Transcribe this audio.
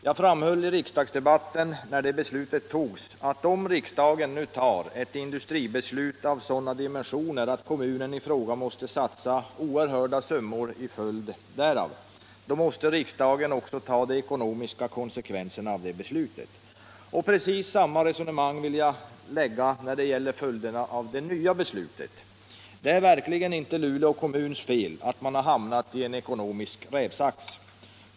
Jag framhöll i riksdagsdebatten när det beslutet togs, att om riksdagen tar ett industribeslut av sådana dimensioner att kommunen i fråga tvingas satsa oerhörda summor till följd därav, måste riksdagen också ta de ekonomiska konsekvenserna av det beslutet. Precis samma resonemang vill jag föra när det gäller följderna av det nya beslutet. Det är verkligen inte Luleå kommuns fel att man hamnat i en ekonomisk rävsax.